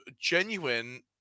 genuine